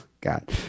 God